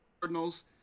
Cardinals